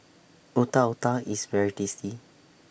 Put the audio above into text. Otak Otak IS very tasty